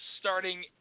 starting